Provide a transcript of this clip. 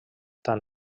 tan